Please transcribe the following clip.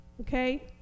Okay